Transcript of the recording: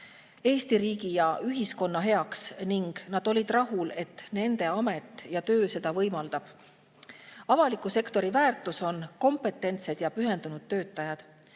Eesti riigi ja ühiskonna heaks, ning nad olid rahul, et nende amet ja töö seda võimaldavad. Avaliku sektori väärtus on kompetentsed ja pühendunud töötajad.